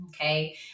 Okay